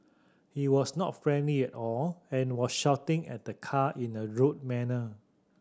he was not friendly at all and was shouting at the car in a rude manner